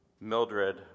Mildred